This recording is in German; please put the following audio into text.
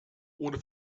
ohne